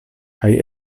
kaj